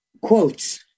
quotes